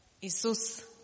Jesus